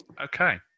Okay